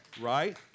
right